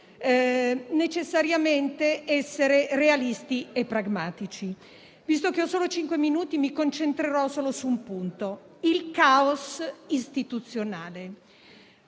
necessariamente essere realisti e pragmatici. Visto che ho solo cinque minuti, mi concentrerò solo su un punto: il caos istituzionale.